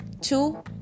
Two